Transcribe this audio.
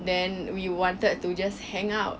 then we wanted to just hang out